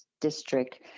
District